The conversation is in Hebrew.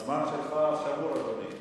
הזמן שלך שמור, אדוני.